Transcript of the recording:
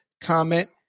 comment